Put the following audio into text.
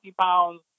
pounds